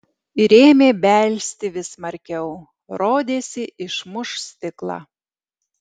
ir ėmė belsti vis smarkiau rodėsi išmuš stiklą